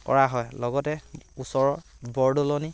কৰা হয় লগতে ওচৰৰ বৰদলনি